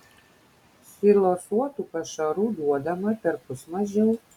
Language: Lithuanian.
silosuotų pašarų duodama perpus mažiau